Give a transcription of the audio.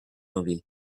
movie